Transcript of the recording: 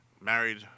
married